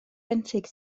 benthyg